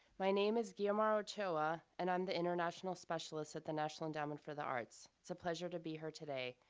my name is guiomar ochoa and i'm the international specialist at the national endowment for the arts. it's a pleasure to be here today.